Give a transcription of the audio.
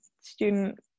student